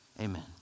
Amen